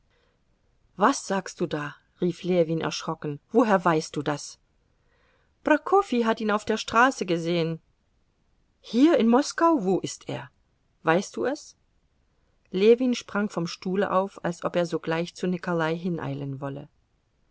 was sagst du da rief ljewin erschrocken woher weißt du das prokofi hat ihn auf der straße gesehen hier in moskau wo ist er weißt du es ljewin sprang vom stuhle auf als ob er sogleich zu nikolai hineilen wolle